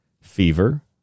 fever